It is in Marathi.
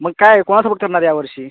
मग काय कोणाला सपोर्ट करणार या वर्षी